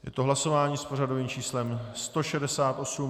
Je to hlasování s pořadovým číslem 168.